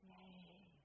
Yay